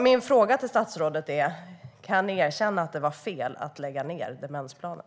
Min fråga till statsrådet är: Kan ni erkänna att det var fel att lägga ned demensplanen?